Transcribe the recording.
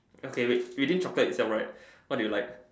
okay wait within chocolate itself right what do you like